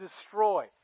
destroy